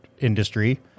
industry